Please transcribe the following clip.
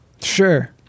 Sure